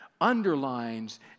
underlines